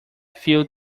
filled